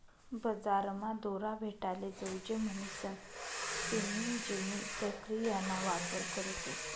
बजारमा दोरा भेटाले जोयजे म्हणीसन स्पिनिंग जेनी प्रक्रियाना वापर करतस